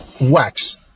Wax